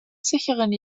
sicheren